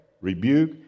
rebuke